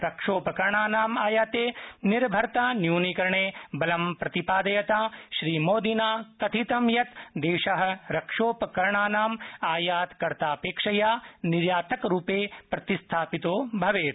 रक्षोपकरणानां आयाते निर्भरतान्यूनीकरणे बलं प्रतिपादयता श्रीमोदिना कथितं यत् देश रक्षोपकरणानां आयातकर्तापक्षेया निर्यातकरूपे प्रतिस्थपितो भवेत्